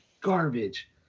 garbage